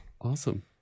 Awesome